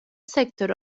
sektörü